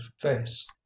face